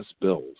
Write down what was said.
bills